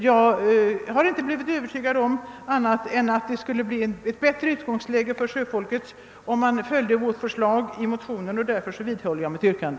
Jag har inte blivit övertygad om att det inte skulle bli ett bättre utgångsläge för sjöfolket, om man följde vårt förslag i motionen, och därför vidhåller jag mitt yrkande.